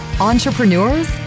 entrepreneurs